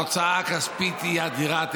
ההוצאה הכספית היא אדירה,